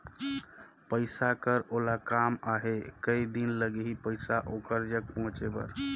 पइसा कर ओला काम आहे कये दिन लगही पइसा ओकर जग पहुंचे बर?